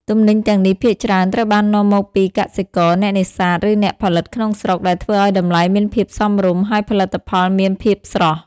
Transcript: ទំនិញទាំងនេះភាគច្រើនត្រូវបាននាំមកពីកសិករ អ្នកនេសាទ ឬអ្នកផលិតក្នុងស្រុក ដែលធ្វើឱ្យតម្លៃមានភាពសមរម្យ ហើយផលិតផលមានភាពស្រស់។